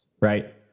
right